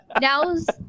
now's